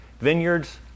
vineyards